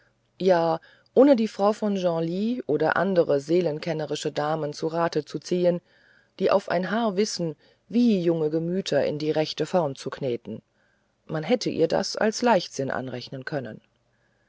ja ohne die frau von genlis oder andere seelenkennerische damen zu rate zu ziehen die auf ein haar wissen wie junge gemüter in die rechte form zu kneten man hätte ihr das als leichtsinn anrechnen können